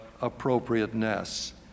appropriateness